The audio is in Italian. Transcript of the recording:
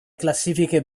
classifiche